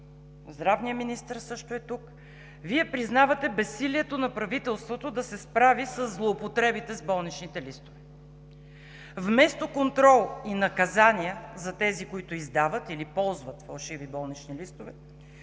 здравният министър също е тук, Вие признавате безсилието на правителството да се справи със злоупотребите с болничните листове. Вместо контрол и наказания за тези, които издават или ползват фалшиви болнични листове,